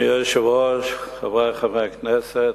אדוני היושב-ראש, חברי חברי הכנסת,